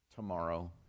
tomorrow